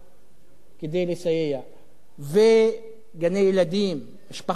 כדי לסייע, וגני-ילדים, משפחתונים וכדומה.